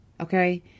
Okay